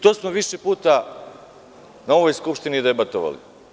To smo više puta na ovoj Skupštini debatovali.